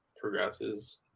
progresses